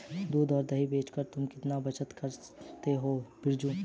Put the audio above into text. दूध और दही बेचकर तुम कितना बचत करते हो बिरजू?